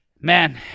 man